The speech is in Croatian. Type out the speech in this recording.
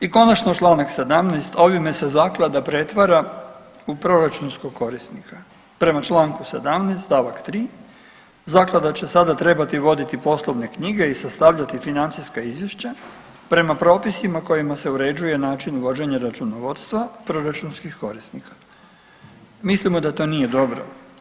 I konačno čl. 17., ovime se zaklada pretvara u proračunskog korisnika, prema čl. 17. st. 3. „Zaklada će sada trebati voditi poslovne knjige i sastavljati financijska izvješća prema propisima kojima se uređuje način i vođenje računovodstva proračunskih korisnika.“ Mislimo da to nije dobro.